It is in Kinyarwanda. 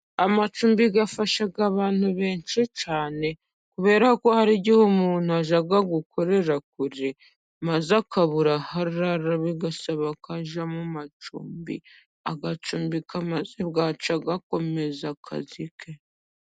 Amacumbi afasha abantu benshi cyane kubera ko hari igihe umuntu ajya gukorera kure, maze akabura aho arara bigasaba ko ajya mu macumbi, agacumbika maze bwacya agakomeza akazi ke.